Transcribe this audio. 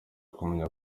kumenya